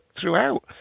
throughout